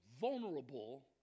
vulnerable